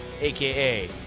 aka